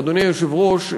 אדוני היושב-ראש,